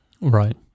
right